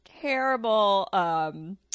terrible